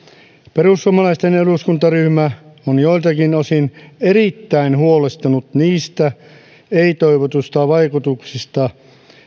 perussuomalaisten eduskuntaryhmä on joiltakin osin erittäin huolestunut niistä ei toivotuista vaikutuksista